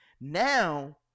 Now